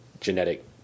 genetic